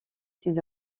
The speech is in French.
ses